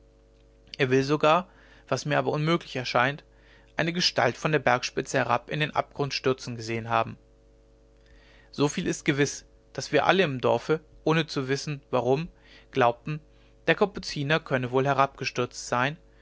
er will sogar was mir aber unmöglich scheint eine gestalt von der bergspitze herab in den abgrund stürzen gesehen haben so viel ist gewiß daß wir alle im dorfe ohne zu wissen warum glaubten der kapuziner könne wohl herabgestürzt sein